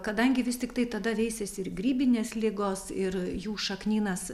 kadangi vis tiktai tada veisiasi ir grybinės ligos ir jų šaknynas